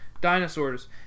dinosaurs